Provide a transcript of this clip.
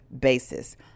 basis